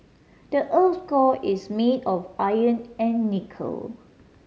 the earth core is made of iron and nickel